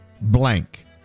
Blank